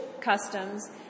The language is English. customs